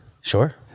Sure